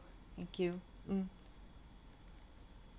thank you mm